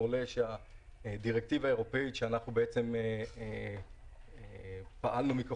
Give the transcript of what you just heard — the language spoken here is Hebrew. על פי הבדיקות שלנו עולה שהדירקטיבה האירופית שאנחנו פעלנו מתוכה,